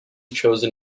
chosen